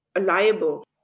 liable